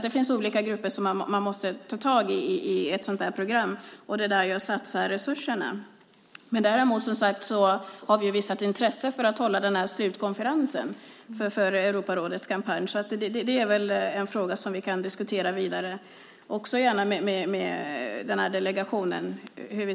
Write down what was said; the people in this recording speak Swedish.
Det finns olika grupper man måste ta med i ett sådant program. Det är där jag satsar resurserna. Däremot har vi visat intresse för att hålla slutkonferensen för Europarådets kampanj. Vi kan diskutera vidare hur kampanjen ska läggas upp, också gärna med delegationen.